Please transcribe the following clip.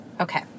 Okay